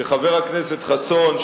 כשחבר הכנסת חסון,